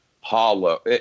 hollow